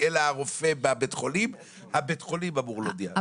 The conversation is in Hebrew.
אלא הרופא בבית החולים אז בית החולים אמור להודיע,